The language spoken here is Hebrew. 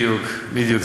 בדיוק, בדיוק.